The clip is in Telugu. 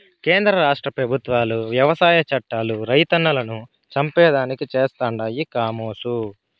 కేంద్ర రాష్ట్ర పెబుత్వాలు వ్యవసాయ చట్టాలు రైతన్నలను చంపేదానికి చేస్తండాయి కామోసు